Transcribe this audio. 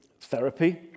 therapy